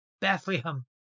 Bethlehem